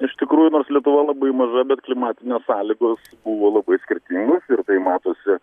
iš tikrųjų nors lietuva labai maža bet klimatinės sąlygos buvo labai skirtingos ir tai matosi